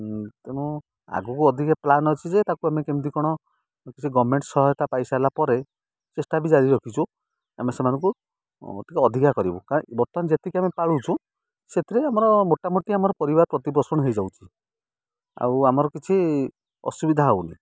ତେଣୁ ଆଗକୁ ଅଧିକା ପ୍ଲାନ୍ ଅଛି ଯେ ତାକୁ ଆମେ କେମିତି କଣ କିଛି ଗର୍ମେଣ୍ଟ୍ ସହାୟତା ପାଇସାରିଲା ପରେ ଚେଷ୍ଟା ବି ଜାରି ରଖିଚୁ ଆମେ ସେମାନଙ୍କୁ ଟିକେ ଅଧିକା କରିବୁ କାରଣ ବର୍ତ୍ତମାନ ଯେତିକି ଆମେ ପାଳୁଛୁ ସେଥିରେ ଆମର ମୋଟାମୋଟି ଆମର ପରିବାର ପ୍ରତିପୋଷଣ ହୋଇଯାଉଛି ଆଉ ଆମର କିଛି ଅସୁବିଧା ହେଉନି